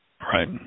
Right